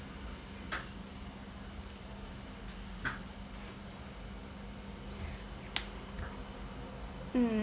mm